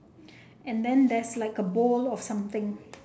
and then there's like a bowl of something